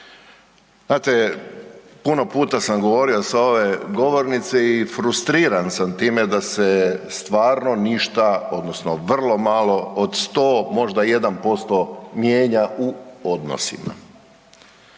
Znate, puno puta sam govorio sa ove govornice i frustriran sam time da se stvarno ništa odnosno vrlo malo od 100 možda 1% mijenja u odnosima.